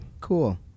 Cool